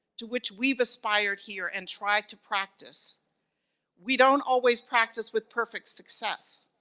to which we've aspired here, and try to practice we don't always practice with perfect success